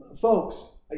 Folks